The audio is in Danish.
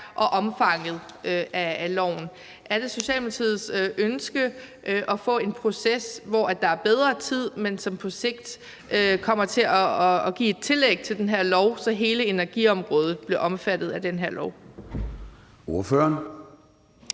og omfanget af loven. Er det Socialdemokratiets ønske at få en proces, hvor der er bedre tid, men som på sigt kommer til at give et tillæg til den her lov, så hele energiområdet bliver omfattet af den her lov? Kl.